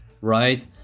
Right